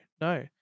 no